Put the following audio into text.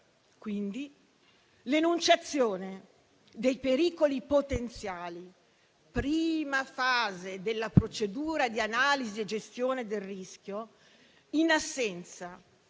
Quindi, l'enunciazione dei pericoli potenziali (prima fase della procedura di analisi e gestione del rischio), in assenza